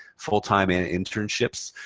full-time, and internships.